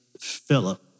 Philip